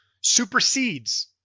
supersedes